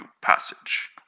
passage